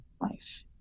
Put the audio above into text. life